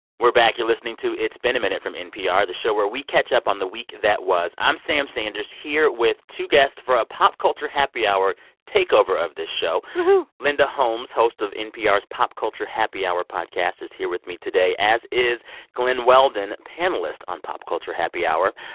we're back. you're listening to it's been a minute from npr, the show where we catch up on the week that was. i'm sam sanders here with two guests for a pop culture happy hour takeover of this show woo-hoo linda holmes, host of npr's pop culture happy hour podcast is here with me today, as is glen weldon, panelist on pop culture happy hour.